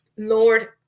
lord